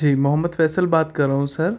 جی محمد فیصل بات کر رہا ہوں سر